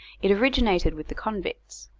it originated with the convicts.